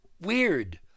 weird